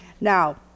Now